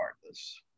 Regardless